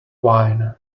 wine